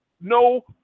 No